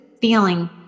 feeling